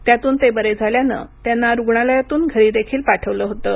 त्यातून ते बरे झाल्यानं त्यांना रुग्णालयातून घरीदेखील पाठवलं होतं